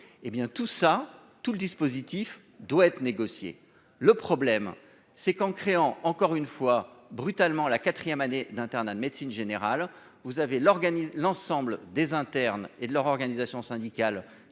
tout ça, tout le dispositif doit être négocié, le problème c'est qu'en créant, encore une fois brutalement la quatrième année d'internat de médecine générale, vous avez l'organisme l'ensemble des internes et de leur organisation syndicale